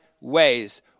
ways